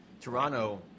Toronto